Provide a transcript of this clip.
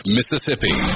Mississippi